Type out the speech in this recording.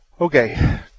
Okay